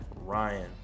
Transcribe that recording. Ryan